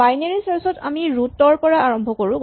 binary search ত আমি root ৰ পৰা আৰম্ভ কৰোঁ